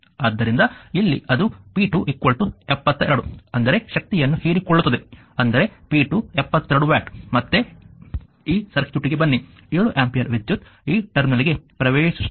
ಆದ್ದರಿಂದ ಇಲ್ಲಿ ಅದು p272 ಅಂದರೆ ಶಕ್ತಿಯನ್ನು ಹೀರಿಕೊಳ್ಳುತ್ತದೆ ಅಂದರೆ p272 ವ್ಯಾಟ್ ಮತ್ತೆ ಈ ಸರ್ಕ್ಯೂಟ್ಗೆ ಬನ್ನಿ 7 ಆಂಪಿಯರ್ ವಿದ್ಯುತ್ ಈ ಟರ್ಮಿನಲ್ಗೆ ಪ್ರವೇಶಿಸುತ್ತಿದೆ